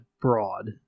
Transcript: broad